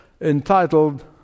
entitled